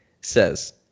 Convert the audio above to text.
says